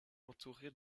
entouré